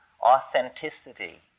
authenticity